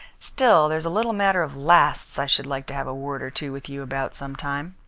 still, there's a little matter of lasts i should like to have a word or two with you about some time.